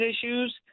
issues